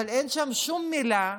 אבל אין שם שום מילה,